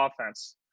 offense